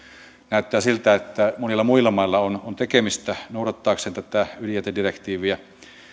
näyttää siltä että monilla muilla mailla on on tekemistä tämän ydinjätedirektiivin noudattamisessa